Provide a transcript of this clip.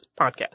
podcast